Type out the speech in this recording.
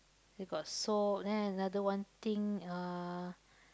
they got soap then another one thing uh